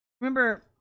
Remember